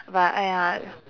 but !aiya!